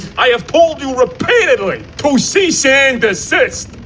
i have told you repeatedly to cease-and-desist!